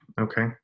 Okay